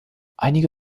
einige